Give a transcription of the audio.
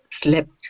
slept